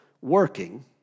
working